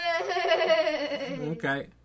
Okay